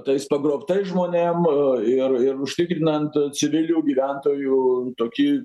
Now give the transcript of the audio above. tais pagrobtais žmonėm ir ir užtikrinant civilių gyventojų tokį